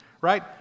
right